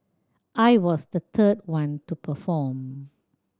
I was the third one to perform